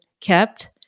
kept